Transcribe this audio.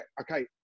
okay